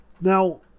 Now